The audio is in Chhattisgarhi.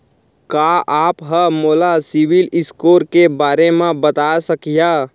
का आप हा मोला सिविल स्कोर के बारे मा बता सकिहा?